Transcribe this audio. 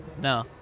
No